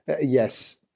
yes